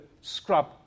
scrub